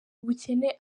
ubukene